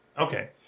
Okay